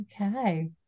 okay